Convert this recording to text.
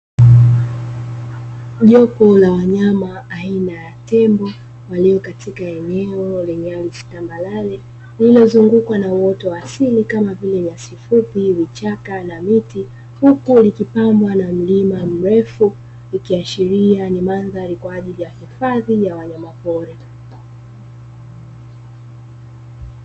Jopo la wanyama aina ya tembo waliyo katika eneo lenye ardhi tambarare lililozungukwa na uoto wa asili kama vile nyasi fupi, vichaka na miti; huku likipambwa na mlima mrefu, ikiashiria ni mandhari kwa ajili ya hifadhi ya wanyama pori.